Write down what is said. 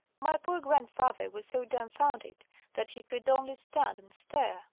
my poor grandfather was so dumfounded that he could only stand and stare.